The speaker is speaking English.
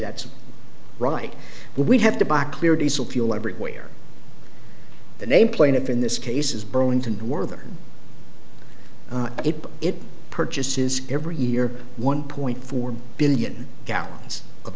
that's right we have to buy clear diesel fuel everywhere the name plaintiff in this case is burlington werther it but it purchases every year one point four billion gallons of